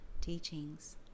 teachings